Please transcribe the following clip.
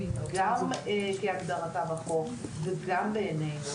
גם כהגדרתה בחוק וגם בעניינו.